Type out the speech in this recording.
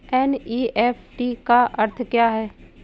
NEFT का अर्थ क्या है?